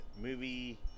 movie